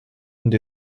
and